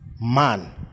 man